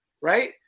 Right